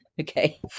okay